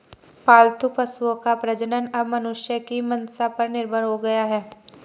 पालतू पशुओं का प्रजनन अब मनुष्यों की मंसा पर निर्भर हो गया है